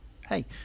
hey